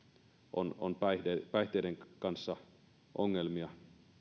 on on päihteiden päihteiden kanssa ongelmia